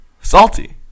Salty